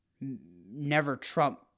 never-Trump